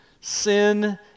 Sin